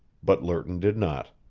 but lerton did not.